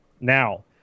Now